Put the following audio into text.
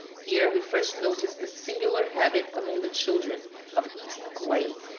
here we first noticed the singular habit among the children of eating clay.